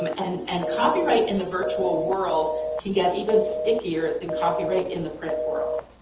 um and and copyright in the virtual world can get even stickier than copyright in the print world.